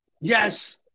Yes